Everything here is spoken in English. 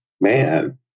Man